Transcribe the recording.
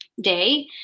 day